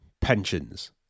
pensions